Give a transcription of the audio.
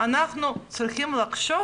אנחנו צריכים לחשוב